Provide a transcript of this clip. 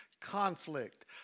conflict